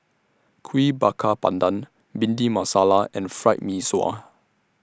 Kuih Bakar Pandan Bhindi Masala and Fried Mee Sua